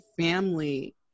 family